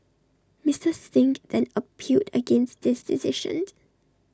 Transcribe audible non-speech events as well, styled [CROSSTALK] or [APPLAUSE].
Mister Singh then appealed against this decision [UNINTELLIGIBLE]